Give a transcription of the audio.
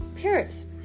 paris